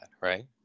Right